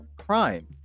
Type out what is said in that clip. crime